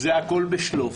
זה הכול ב"שלוף",